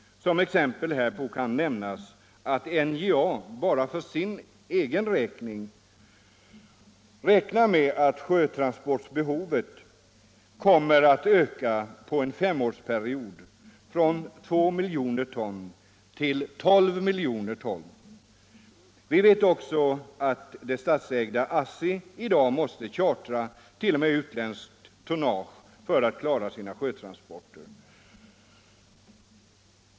Som exempel härpå kan nämnas att NJA räknar med att sjötransportbehovet bara för dess egen räkning kommer att öka under en femårsperiod från 2 miljoner ton till 12 miljoner ton. Vi vet också att det statsägda ASSI i dag måste chartra t.o.m. utländskt tonnage för att klara sina sjötransporter.